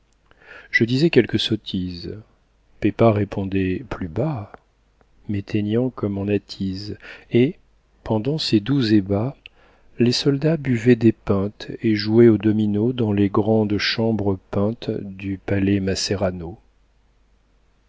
je disais quelque sottise pepa répondait plus bas m'éteignant comme on attise et pendant ces doux ébats les soldats buvaient des pintes et jouaient au domino dans les grandes chambres peintes du palais masserano